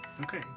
Okay